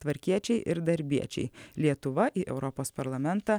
tvarkiečiai ir darbiečiai lietuva į europos parlamentą